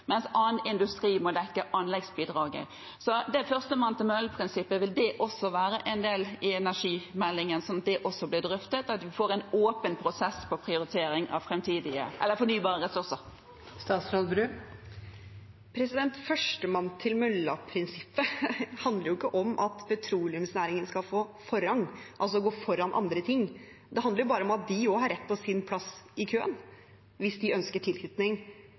mens annen industri må dekke anleggsbidraget. Vil førstemann til møllen-prinsippet også være en del av energimeldingen, sånn at det også blir drøftet, at vi får en åpen prosess om prioritering av fornybare ressurser? Førstemann til mølla-prinsippet handler jo ikke om at petroleumsnæringen skal få forrang, altså gå foran andre. Det handler bare om at de også har rett til sin plass i køen hvis de ønsker tilknytning